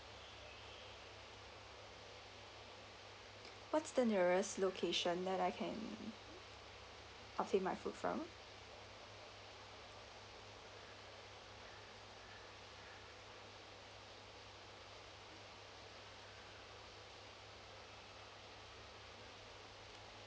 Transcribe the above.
what's the nearest location that I can ah take my food from